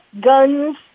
guns